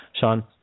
Sean